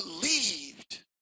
believed